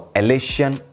elation